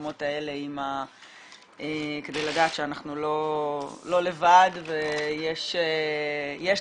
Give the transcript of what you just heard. במקומות האלה כדי לדעת שאנחנו לא לבד ויש לאן